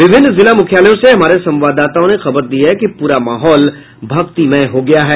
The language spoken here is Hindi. विभिन्न जिला मुख्यालयों से हमारे संवाददाताओं ने खबर दी है कि पूरा माहौल भक्तिमय हो गया है